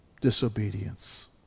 Disobedience